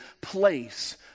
place